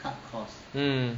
mm